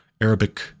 Arabic